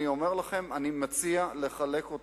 אני אומר לכם, אני מציע לחלק אותו.